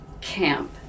camp